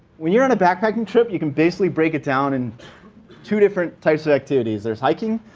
when you're on a backpacking trip, you can basically break it down in two different types of activities. there's hiking,